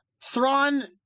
Thrawn